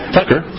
Tucker